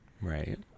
Right